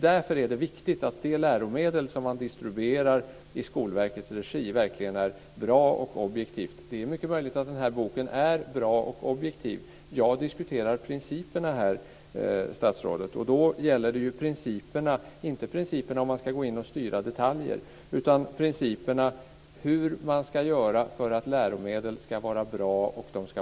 Därför är det viktigt att de läromedel som distribueras i Skolverkets regi är bra och objektiva. Det är mycket möjligt att boken är bra och objektiv. Jag diskuterar principerna, statsrådet. Då handlar det inte om principen att styra detaljer, utan principen hur man ska göra för att läromedel ska vara bra och opartiska.